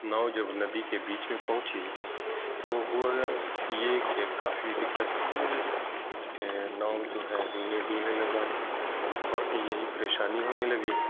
now جب ندی کے بیچ میں پہنچی تو ہوا یہ کہ کافی دقتیں ہونے لگیں کہ ناؤ جو ہے ہلنے ڈلنے لگا اور یہی پریشانی ہونے لگی